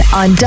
on